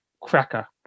Cracker